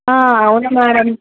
అవును మేడం